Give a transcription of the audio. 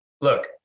Look